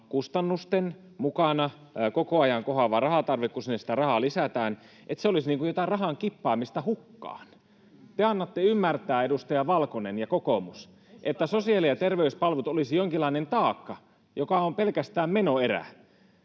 kustannukset — koko ajan kohoava rahantarve, kun sinne sitä rahaa lisätään — olisivat niin kuin jotain rahan kippaamista hukkaan. Te annatte ymmärtää, edustaja Valkonen ja kokoomus, [Markus Lohi: Mustaa Valkosella!] että sosiaali- ja terveyspalvelut olisivat jonkinlainen taakka, joka on pelkästään menoerä,